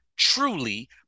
truly